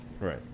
Right